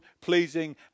pleasing